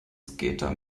skater